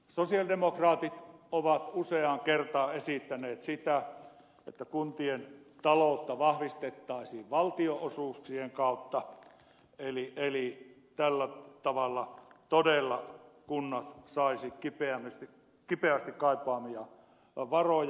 sosialidemokraatit ovat useaan kertaan esittäneet sitä että kuntien taloutta vahvistettaisiin valtionosuuksien kautta eli tällä tavalla todella kunnat saisivat kipeästi kaipaamiaan varoja